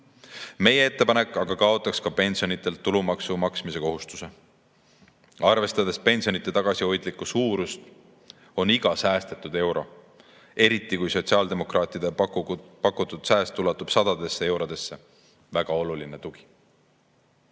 Meie ettepanek on kaotada pensionidelt tulumaksu maksmise kohustus. Arvestades pensionide tagasihoidlikku suurust, on iga säästetud euro – aga sotsiaaldemokraatide pakutud sääst ulatub sadadesse eurodesse – väga oluline tugi. Meie